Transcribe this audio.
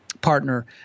partner